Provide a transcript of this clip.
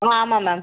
ஆ ஆமாம் மேம்